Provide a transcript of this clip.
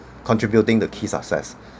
contributing the key success